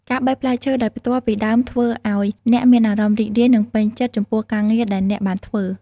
ការបេះផ្លែឈើដោយផ្ទាល់ពីដើមធ្វើឱ្យអ្នកមានអារម្មណ៍រីករាយនិងពេញចិត្តចំពោះការងារដែលអ្នកបានធ្វើ។